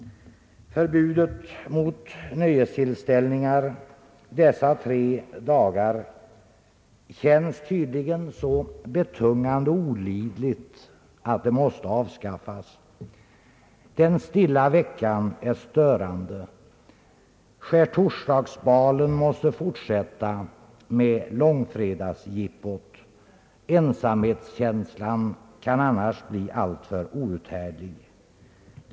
Förbudet mot nöjestillställningar dessa tre dagar känns tydligen så betungande och olidligt, att det måste avskaffas. Den stilla veckan är störande. Skärtorsdagsbalen måste fortsätta med Långfredagsjippot. Ensamhetskänslan kan annars bli alltför outhärdlig.